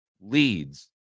leads